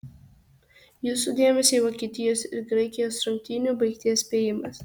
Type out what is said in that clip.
jūsų dėmesiui vokietijos ir graikijos rungtynių baigties spėjimas